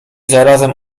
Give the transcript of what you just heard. zarazem